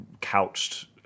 couched